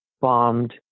bombed